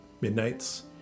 Midnights